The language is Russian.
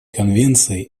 конвенции